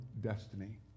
destiny